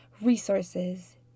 resources